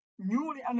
newly